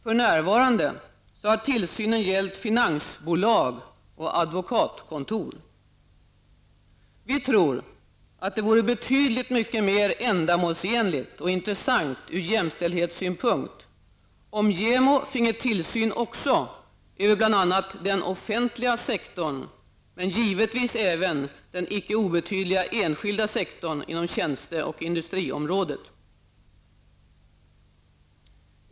För närvarande har tillsynen gällt finansbolag och advokatkontor. Vi tror att det vore betydligt mycket mer ändamålsenligt och intressant ur jämställdhetssynpunkt om JämO finge tillsyn också över bl.a. den offentliga sektorn liksom givetvis även över den icke obetydliga enskilda sektorn inom tjänste och industriområdet.